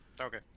Okay